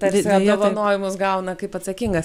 tarsi apdovanojimus gauna kaip atsakingas